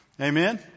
Amen